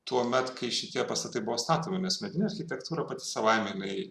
tuomet kai šitie pastatai buvo statomi nes medinė architektūra savaime jinai